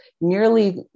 nearly